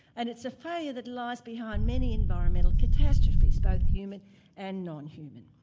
and it's a failure that lies behind many environmental catastrophes, both human and non-human.